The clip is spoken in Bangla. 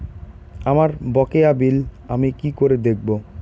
আমার বকেয়া বিল আমি কি করে দেখব?